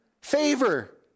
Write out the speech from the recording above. favor